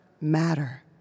matter